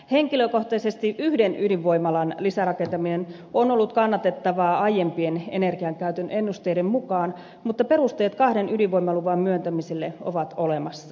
henkilökohtaisesti yhden ydinvoimalan lisärakentaminen on ollut kannatettavaa aiempien energiankäytön ennusteiden mukaan mutta perusteet kahden ydinvoimaluvan myöntämiselle ovat olemassa